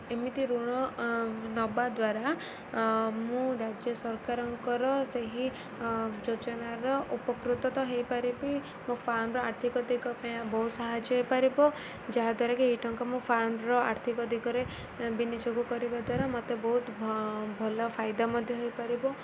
ଏମିତି ଋଣ ନେବା ଦ୍ୱାରା ମୁଁ ରାଜ୍ୟ ସରକାରଙ୍କର ସେହି ଯୋଜନାର ଉପକୃତ ହେଇପାରିବି ମୋ ଫାର୍ମର ଆର୍ଥିକ ଦିଗ ପାଇଁ ବହୁତ ସାହାଯ୍ୟ ହେଇପାରିବ ଯାହାଦ୍ୱାରାକି ଏଇ ଟଙ୍କା ମୋ ଫାର୍ମର ଆର୍ଥିକ ଦିଗରେ ବିନିଯୋଗ କରିବା ଦ୍ୱାରା ମୋତେ ବହୁତ ଭଲ ଫାଇଦା ମଧ୍ୟ ହେଇପାରିବ